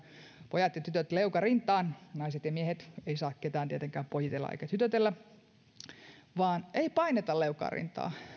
pojat ja tytöt leuka rintaan naiset ja miehet ei saa ketään tietenkään pojitella eikä tytötellä mutta ei paineta leukaa rintaan